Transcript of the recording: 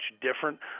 different